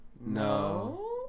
no